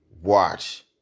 watch